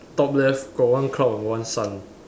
top left got one cloud got one sun